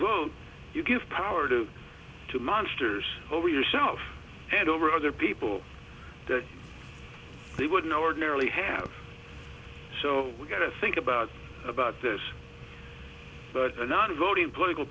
vote you give power to two monsters over yourself and over other people that they wouldn't ordinarily have so we gotta think about about this non voting political